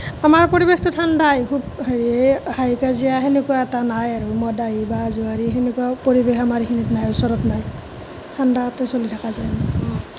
আমাৰ পৰিবৱেশটো ঠাণ্ডাই খুব হেৰি এই হাই কাজিয়া সেনেকুৱা এটা নাই আৰু মদাহী বা জুৱাৰী সেনেকুৱাও পৰিৱেশ আমাৰ এইখিনিত নাই ওচৰত নাই ঠাণ্ডাতেই চলি থকা যায় মানে